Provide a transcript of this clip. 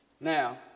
Now